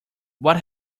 what